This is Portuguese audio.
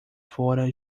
fora